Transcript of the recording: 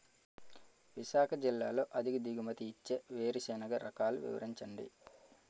విశాఖ జిల్లాలో అధిక దిగుమతి ఇచ్చే వేరుసెనగ రకాలు వివరించండి?